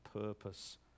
purpose